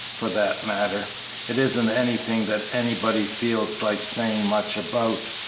for that matter it isn't anything that anybody feels like saying much about.